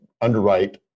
underwrite